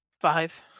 Five